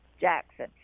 Jackson